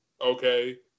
okay